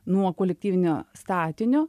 nuo kolektyvinio statinio